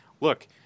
look